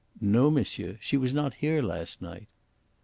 no, monsieur. she was not here last night.